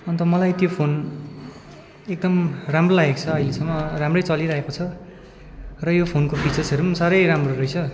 अन्त मलाई त्यो फोन एकदम राम्रो लागेको छ अहिलेसम्म राम्रै चलिरहेको छ र यो फोनको फिचर्सहरू साह्रै राम्रो रहेछ